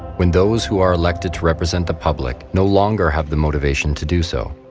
when those who are elected to represent the public no longer have the motivation to do so?